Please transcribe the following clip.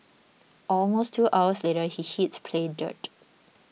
almost two hours later he hits play dirt